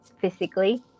physically